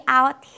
out